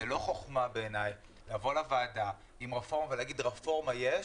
בעיניי זאת לא חכמה לבוא לוועדה עם רפורמה ולהגיד רפורמה יש,